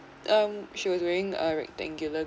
um she was wearing a rectangular